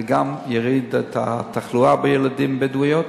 זה גם יוריד את התחלואה בילדים בדואים,